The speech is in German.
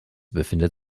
befindet